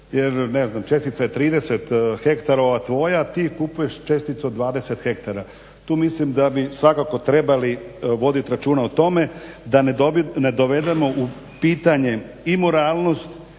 jer ne znam čestica je 30 hektara tvoja, a ti kupuješ česticu od 20 hektara, tu mislim da bi svakako trebali vodit računa o tome da ne dovedemo u pitanje i moralnost